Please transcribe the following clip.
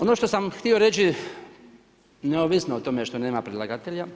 Ono što sam htio reći, neovisno o tome što nema predlagatelja.